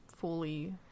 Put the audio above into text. fully